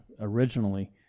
originally